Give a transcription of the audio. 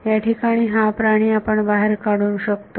याठिकाणी हा प्राणी आपण बाहेर काढून शकतो